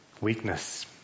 weakness